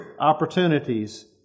opportunities